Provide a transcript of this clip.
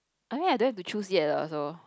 I mean I don't have to choose yet lah so